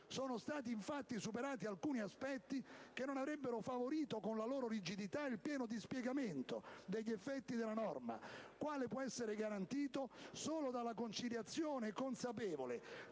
Sono stati infatti superati alcuni aspetti che non avrebbero favorito, con la loro rigidità, il pieno dispiegamento degli effetti della normativa, il quale può essere garantito solo dalla conciliazione consapevole